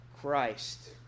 Christ